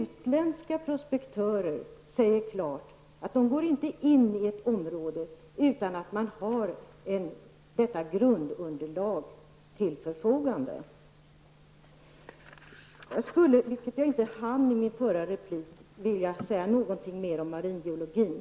Utländska prospektörer säger klart att de inte går in i ett område utan att ett grundunderlag står till förfogande. Sedan skulle jag vilja säga någonting mer om maringeologin. Jag hann inte med det i min förra replik.